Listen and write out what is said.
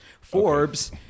Forbes